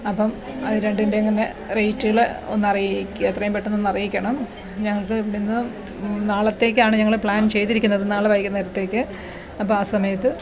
അപ്പം അത് രണ്ടിൻറ്റെം തന്നെ റെയ്റ്റ്കൾ ഒന്ന് അറിയിക്കുക എത്രയും പെട്ടന്നൊന്ന് അറിയിക്കണം ഞങ്ങൾക്ക് ഇവിടുന്ന് നാളത്തേക്കാണ് ഞങ്ങൾ പ്ലാൻ ചെയ്തിരിക്കിന്നത് നാളെ വൈകുന്നേരത്തേക്ക് അപ്പോൾ ആ സമയത്ത്